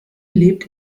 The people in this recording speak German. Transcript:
lebt